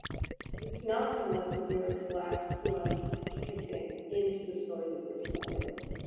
it's not gonna let the viewer collapse who i'm depicting into the story that they're familiar with.